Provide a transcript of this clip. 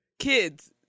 Kids